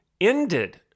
ended